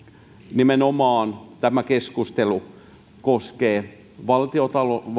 nimenomaan nyt tämä keskustelu koskee valtion